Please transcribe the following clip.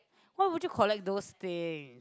why would you collect those thing